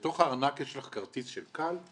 בתוך הארנק יש לך כרטיס של "קל",